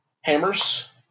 hammers